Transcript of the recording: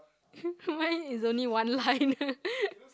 mine is only one line